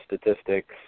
statistics